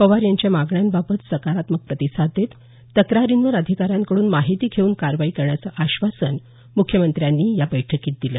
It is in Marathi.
पवार यांच्या मागण्याबाबत सकारात्मक प्रतिसाद देत तक्रारींवर अधिकाऱ्यांकडून माहिती घेऊन कारवाई करण्याचे आश्वासन मुख्यमंत्र्यांनी या बैठकीत दिलं